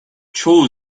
çoğu